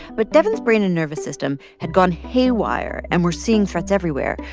but devyn's brain and nervous system had gone haywire and were seeing threats everywhere,